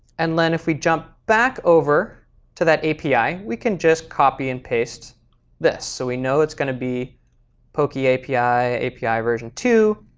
and then if we jump back over to that api we can just copy and paste this. so we know it's going to be pokeapi api api version two,